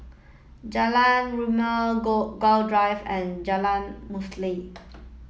Jalan Rimau Gul Drive and Jalan Mulia